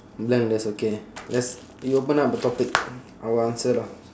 blank that's okay let's you open up a topic I will answer lah